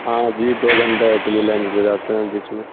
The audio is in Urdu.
ہاں جی دو گھنٹے کے لیے لنچ پہ جاتے ہیں بیچ میں